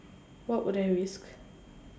what would I risk